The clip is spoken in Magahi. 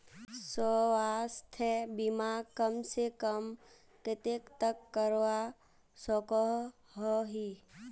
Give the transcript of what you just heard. स्वास्थ्य बीमा कम से कम कतेक तक करवा सकोहो ही?